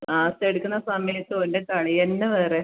class എടുക്കുന്ന സമയത്തും ഓൻ്റെ കളി തന്നെ വേറെ